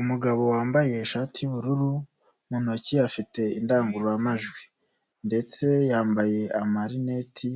Umugabo wambaye ishati y'ubururu, mu ntoki afite indangururamajwi ndetse yambaye amarineti,